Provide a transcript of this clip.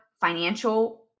financial